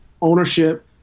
ownership